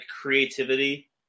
creativity